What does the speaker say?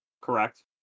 correct